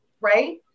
right